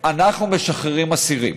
אנחנו משחררים אסירים.